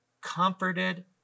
comforted